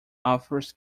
authors